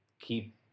keep